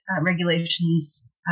regulations